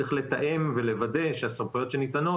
צריך לתאם ולוודא שהסמכויות שניתנות,